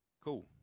Cool